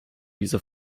dieser